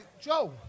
Joe